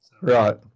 Right